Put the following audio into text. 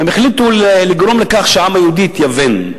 והם החליטו לגרום לכך שהעם היהודי יתייוון.